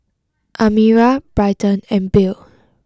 Amira Bryton and Bill